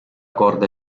corda